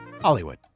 Hollywood